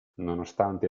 nonostante